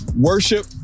Worship